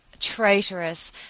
traitorous